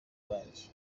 bwanjye